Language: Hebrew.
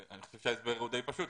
אני חושב שההסבר הוא די פשוט.